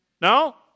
No